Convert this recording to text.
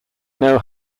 know